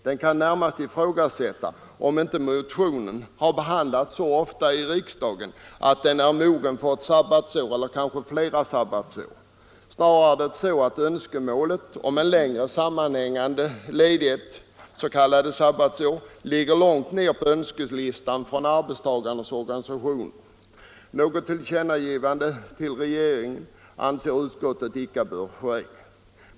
Det kan närmast ifrågasättas om inte frågan har behandlats så ofta i riksdagen att motionen är mogen för ett eller kanske flera sabbatsår. Snarare är det så att önskemålet om en längre sammanhängande ledighet, s.k. sabbatsår, ligger långt nere på önskelistan från arbetstagarnas organisationer. Något tillkännagivande till regeringen anser utskottet inte bör ske.